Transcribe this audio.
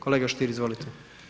Kolega Stier, izvolite.